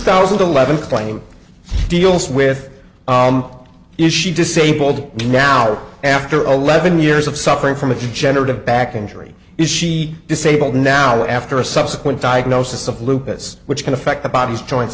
thousand and eleven claim it deals with is she disabled and now after a levin years of suffering from a degenerative back injury is she disabled now after a subsequent diagnosis of lupus which can affect the body's joints